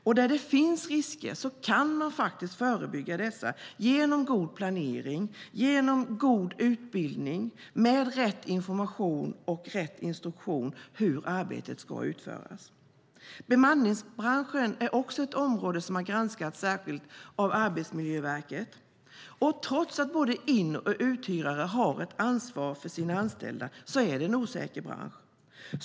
Och där det finns risker går det faktiskt att förebygga dessa genom god planering, genom god utbildning och med rätt information och rätt instruktion om hur arbetet ska utföras. Bemanningsbranschen är också ett område som har granskats särskilt av Arbetsmiljöverket. Trots att både in och uthyrare har ett ansvar för sina anställda är det en osäker bransch.